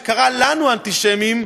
שקראה לנו אנטישמים,